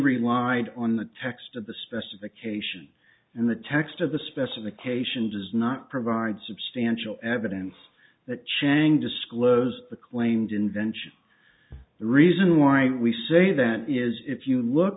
relied on the text of the specification in the text of the specification does not provide substantial evidence that chang disclosed the claimed invention the reason why we say that is if you look